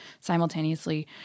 simultaneously